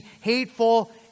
Hateful